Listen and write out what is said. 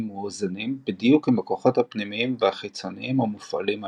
מאוזנים בדיוק עם הכוחות הפנימיים והחיצוניים המופעלים עליהם,